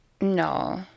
No